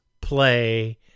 play